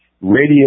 radio